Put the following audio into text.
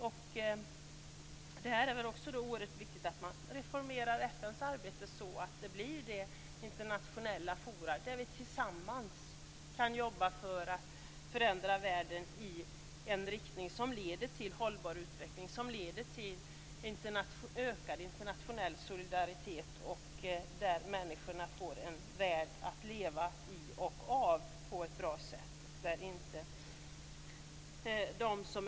Det är oerhört viktigt att FN:s arbete reformeras så att FN blir det internationella forum där vi tillsammans kan jobba för att förändra världen i en riktning som leder till en hållbar utveckling och ökad internationell solidaritet. Människorna måste få en värld att leva i där de starka inte bara skall kunna roffa åt sig.